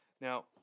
Now